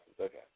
Okay